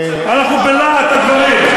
אנחנו בלהט הדברים.